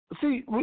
See